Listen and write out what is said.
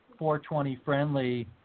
420-friendly